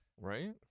Right